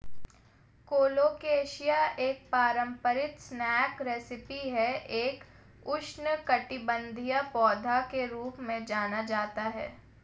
colocasia एक पारंपरिक snack recipe है एक उष्णकटिबंधीय पौधा के रूप में जाना जाता है